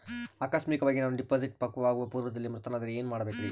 ಆಕಸ್ಮಿಕವಾಗಿ ನಾನು ಡಿಪಾಸಿಟ್ ಪಕ್ವವಾಗುವ ಪೂರ್ವದಲ್ಲಿಯೇ ಮೃತನಾದರೆ ಏನು ಮಾಡಬೇಕ್ರಿ?